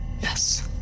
Yes